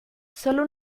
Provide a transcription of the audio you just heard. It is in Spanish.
sólo